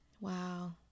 wow